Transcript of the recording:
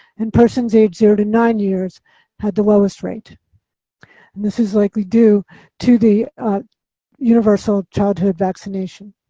and persons aged zero to nine years had the lowest rate. and this is likely due to the universal childhood vaccination.